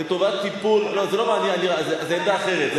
לא, זו עמדה אחרת.